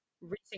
recent